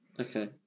Okay